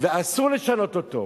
ואסור לשנות אותו,